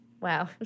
Wow